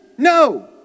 No